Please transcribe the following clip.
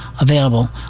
available